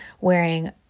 wearing